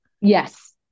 Yes